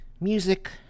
music